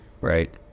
Right